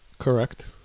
Correct